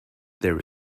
there